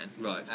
right